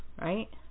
Right